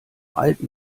alten